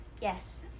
yes